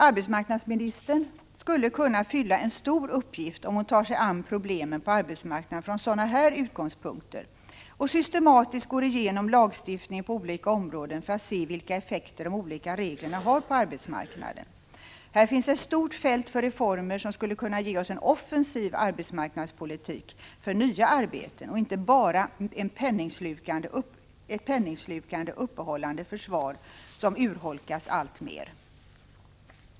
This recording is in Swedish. Arbetsmarknadsministern skulle kunna fylla en stor uppgift om hon tar sig an problemen på arbetsmarknaden från sådana här utgångspunkter och systematiskt går igenom lagstiftningen på olika områden för att se vilka effekter de olika reglerna har på arbetsmarknaden. Här finns ett stort fält för reformer som skulle kunna ge oss en offensiv arbetsmarknadspolitik för nya arbeten och inte bara ett penningslukande, uppehållande försvar som urholkas alltmer.